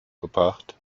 gebracht